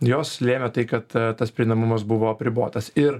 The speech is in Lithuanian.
jos lėmė tai kad tas prieinamumas buvo apribotas ir